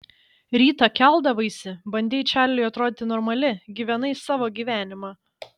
rytą keldavaisi bandei čarliui atrodyti normali gyvenai savo gyvenimą